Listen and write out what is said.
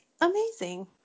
amazing